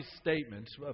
statements